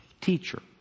teacher